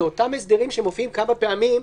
זה אותם הסדרים שמופיעים כמה פעמים,